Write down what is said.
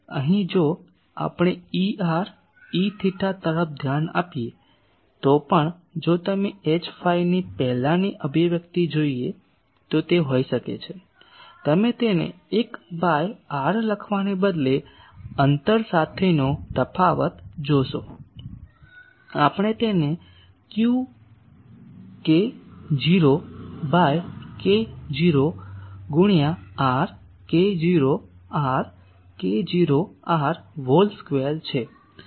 તેથી હવે અહીં જો આપણે Er Eθ તરફ ધ્યાન આપીએ તો પણ જો તમે Hϕ ની પહેલાંની અભિવ્યક્તિ જોઈએ તો તે હોઈ શકે તમે તેને 1 બાય r લખવાને બદલે અંતર સાથેનો તફાવત જોશો આપણે તેને k0 બાય k0 ગુણ્યા r k0 r k0 r whole square છે